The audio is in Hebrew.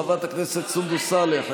חברת הכנסת סונדוס סלאח,